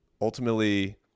Ultimately